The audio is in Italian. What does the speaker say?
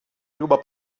ruba